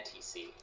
NTC